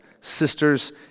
sisters